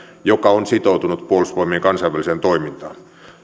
joka on sitoutunut puolustusvoimien kansainväliseen toimintaan